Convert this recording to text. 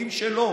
חוקים שלו